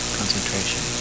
concentration